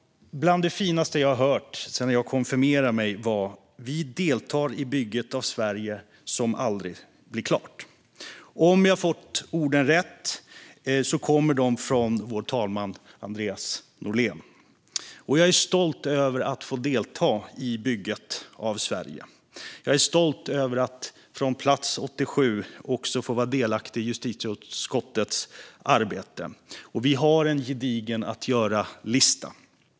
Bland det finaste jag hört sedan jag konfirmerade mig var: Vi deltar i bygget av Sverige som aldrig blir klart. Om jag har fått orden rätt kommer de från vår talman Andreas Norlén. Jag är stolt över att få delta i bygget av Sverige. Jag är stolt över att från plats 87 också få vara delaktig i justitieutskottets arbete. Vi har en gedigen att göra-lista.